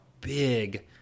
big